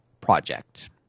project